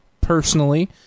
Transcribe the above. personally